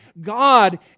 God